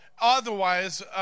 otherwise